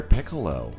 Piccolo